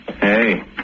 Hey